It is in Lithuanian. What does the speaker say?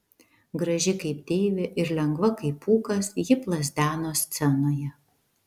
graži kaip deivė ir lengva kaip pūkas ji plazdeno scenoje